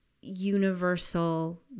universal